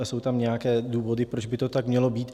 Jsou tam nějaké důvody, proč by to tak mělo být.